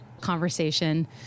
conversation